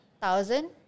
Thousand